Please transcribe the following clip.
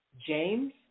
James